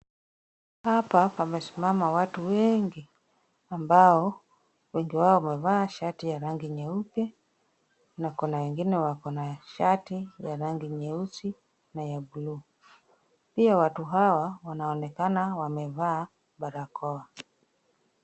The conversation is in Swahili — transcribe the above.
Hapa pamesimama watu wengi ambao wengi wao wamevaa shati ya rangi nyeupe na kuna wengine wakona shati ya rangi nyeusi na ya buluu, pia watu hawa wanaonekana wamevaa barakoa.